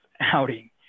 outing